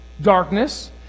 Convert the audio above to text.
darkness